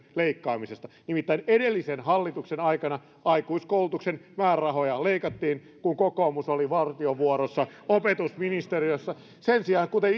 leikkaamisesta nimittäin edellisen hallituksen aikana aikuiskoulutuksen määrärahoja leikattiin kun kokoomus oli vartiovuorossa opetusministeriössä sen sijaan kuten